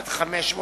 עד 500 בתי-אב,